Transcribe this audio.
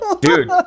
Dude